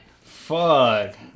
Fuck